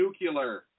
nuclear